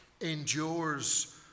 endures